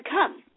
come